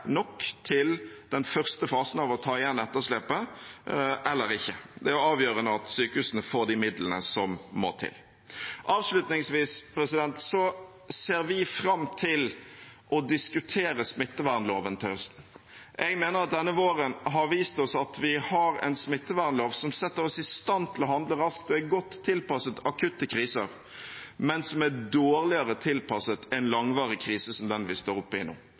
nok til den første fasen av å ta igjen etterslepet, eller ikke. Det er avgjørende at sykehusene får de midlene som må til. Avslutningsvis: Vi ser fram til å diskutere smittevernloven til høsten. Jeg mener at denne våren har vist oss at vi har en smittevernlov som setter oss i stand til å handle raskt og er godt tilpasset akutte kriser, men som er dårligere tilpasset en langvarig krise som den vi står